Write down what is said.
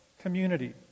community